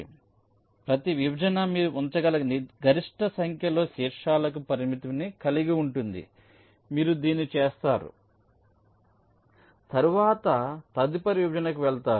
కాబట్టి ప్రతి విభజన మీరు ఉంచగల గరిష్ట సంఖ్యలో శీర్షాలకు పరిమితిని కలిగి ఉంటుంది మీరు దీన్ని చేస్తారు తరువాత తదుపరి విభజనకు వెళతారు